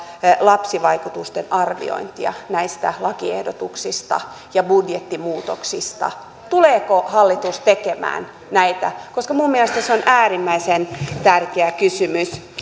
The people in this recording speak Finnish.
lapsivaikutusten arviointia näistä lakiehdotuksista ja budjettimuutoksista tuleeko hallitus tekemään näitä minun mielestäni se on äärimmäisen tärkeä kysymys